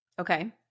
Okay